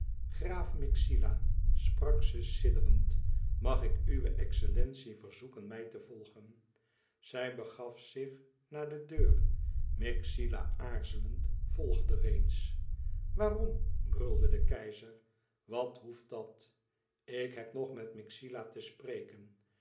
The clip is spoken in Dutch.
graaf myxila sprak ze sidderend mag ik uwe excellentie verzoeken mij te volgen zij begaf zich naar de deur myxila aarzelend volgde reeds waarom brulde de keizer wat hoeft dat ik heb nog met myxila te spreken